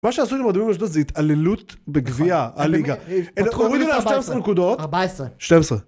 מה שעשו עם אדומים אשדוד זה התעללות בגביע הליגה הם הורידו לה 12 נקודות. 14. 12